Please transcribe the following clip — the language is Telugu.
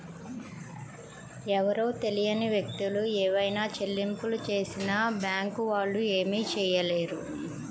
ఎవరో తెలియని వ్యక్తులు ఏవైనా చెల్లింపులు చేసినా బ్యేంకు వాళ్ళు ఏమీ చేయలేరు